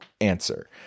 answer